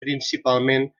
principalment